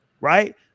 right